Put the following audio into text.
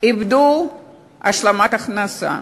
איבדו השלמת הכנסה.